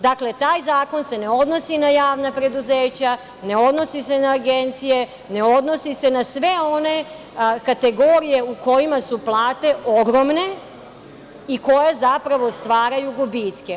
Dakle, taj zakon se ne odnosi na javna preduzeća, ne odnosi se na agencije, ne odnosi se na sve one kategorije u kojima su plate ogromne i koje zapravo stvaraju gubitke.